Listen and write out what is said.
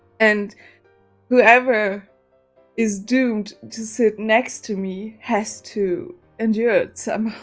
and whoever is doomed to sit next to me has to endure it somehow